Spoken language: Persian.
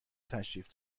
تشریف